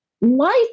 Life